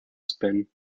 spin